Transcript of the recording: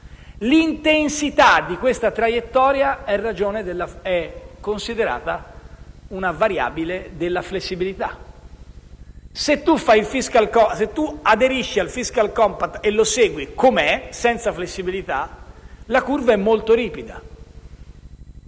L'intensità di tale traiettoria è considerata una variabile della flessibilità. Se si aderisce al *fiscal compact* e lo si segue così com'è, senza flessibilità, la curva è molto ripida,